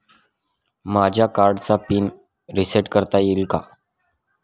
माझ्या कार्डचा pin reset करता येईल का?